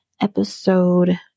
episode